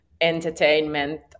entertainment